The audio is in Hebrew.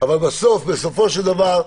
אבל בסוף, בסופו של דבר,